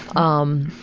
um,